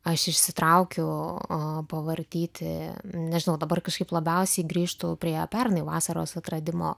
aš išsitraukiu pavartyti nežinau dabar kažkaip labiausiai grįžtu prie pernai vasaros atradimo